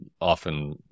often